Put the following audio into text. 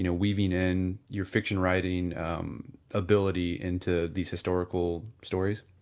you know weaving in your fiction writing um ability into these historical stories?